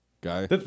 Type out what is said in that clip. guy